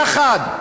יחד.